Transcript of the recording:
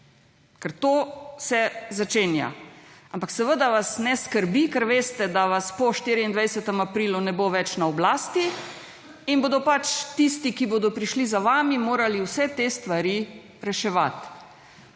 ker to se začenja, ampak seveda vas ne skrbi, da vas po 24. aprilu ne bo več na oblasti in bodo pač tisti, ki bodo prišli za vami morali vse te stvari reševati,